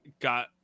got